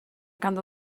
ganddo